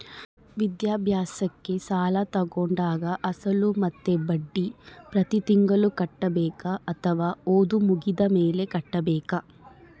ವಿದ್ಯಾಭ್ಯಾಸಕ್ಕೆ ಸಾಲ ತೋಗೊಂಡಾಗ ಅಸಲು ಮತ್ತೆ ಬಡ್ಡಿ ಪ್ರತಿ ತಿಂಗಳು ಕಟ್ಟಬೇಕಾ ಅಥವಾ ಓದು ಮುಗಿದ ಮೇಲೆ ಕಟ್ಟಬೇಕಾ?